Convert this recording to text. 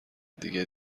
دیگه